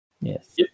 Yes